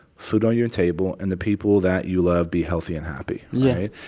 food on your table and the people that you love be healthy and happy, right?